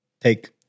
take